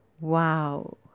Wow